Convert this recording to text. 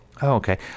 okay